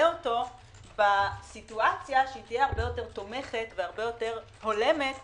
אותו בסיטואציה שתהיה הרבה יותר תומכת והולמת לנשים,